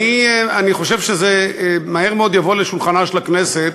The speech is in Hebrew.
אני חושב שזה מהר מאוד יבוא לשולחנה של הכנסת,